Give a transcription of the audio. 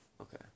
Okay